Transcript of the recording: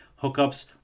hookups